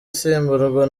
asimburwa